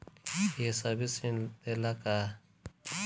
ये सर्विस ऋण देला का?